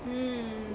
mm